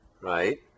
right